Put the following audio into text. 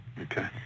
Okay